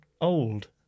old